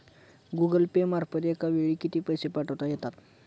Google Pay मार्फत एका वेळी किती पैसे पाठवता येतात?